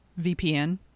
VPN